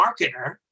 marketer